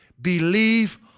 Believe